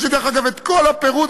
יש לי, דרך אגב, כל הפירוט.